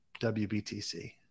WBTC